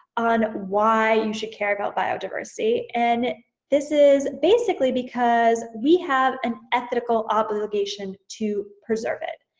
on why you should care about biodiversity. and this is basically because we have an ethical obligation to preserve it.